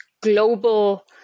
global